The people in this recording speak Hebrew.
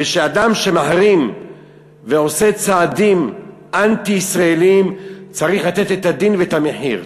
ושאדם שמחרים ועושה צעדים אנטי-ישראליים צריך לתת את הדין ואת המחיר.